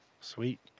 Sweet